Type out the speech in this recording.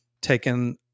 taken